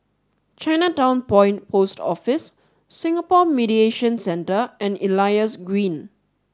Chinatown Point Post Office Singapore Mediation Centre and Elias Green